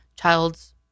childs